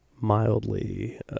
Mildly